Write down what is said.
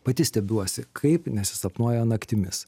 pati stebiuosi kaip nesisapnuoja naktimis